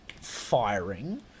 firing